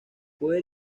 puede